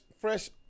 fresh